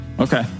Okay